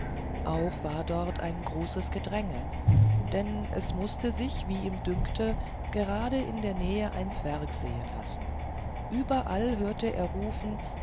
auch war dort ein großes gedränge denn es mußte sich wie ihm dünkte gerade in der nähe ein zwerg sehen lassen überall hörte er rufen